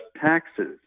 taxes